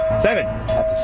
Seven